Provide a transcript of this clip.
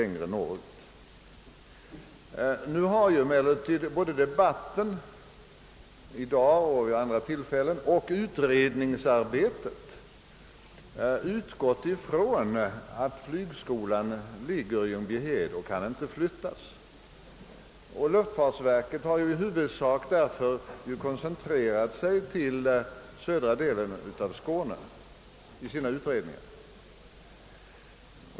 Nu har emellertid både debatten, i dag och vid andra tillfällen, liksom utredningsarbetet utgått från att flygskolan ligger i Ljungbyhed och inte kan flyttas. Luftfartsverket har därför i stort sett koncentrerat sig till södra delen av Skåne i sina utredningar.